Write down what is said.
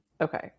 Okay